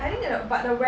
ya